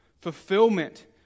fulfillment